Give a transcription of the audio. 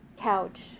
couch